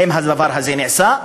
האם הדבר הזה נעשה?